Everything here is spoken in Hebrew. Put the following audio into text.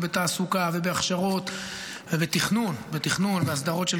ובתעסוקה ובהכשרות ובתכנון: תכנון הסדרות של